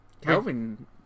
Kelvin